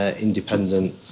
independent